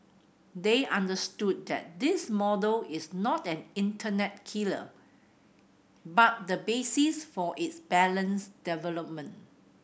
they understood that this model is not an internet killer but the basis for its balanced development